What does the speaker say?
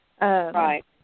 right